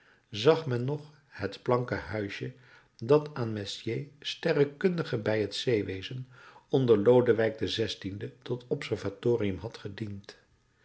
zag men nog het planken huisje dat aan messier sterrenkundige bij het zeewezen onder lodewijk xvi tot observatorium had gediend